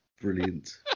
Brilliant